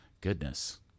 Goodness